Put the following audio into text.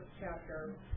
chapter